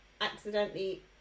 accidentally